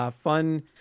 fun